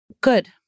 good